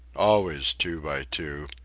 always two by two,